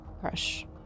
crush